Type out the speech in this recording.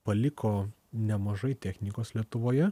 paliko nemažai technikos lietuvoje